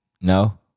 No